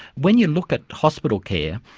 when you look at hospital care,